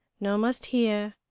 no must hear,